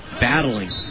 battling